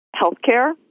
healthcare